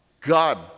God